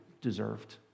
deserved